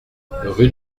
rue